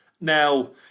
Now